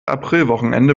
aprilwochenende